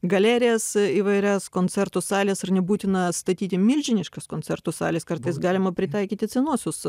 galerijas įvairias koncertų sales ir nebūtina statyti milžiniškas koncertų sales kartais galima pritaikyti senuosius